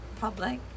public